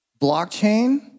blockchain